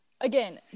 again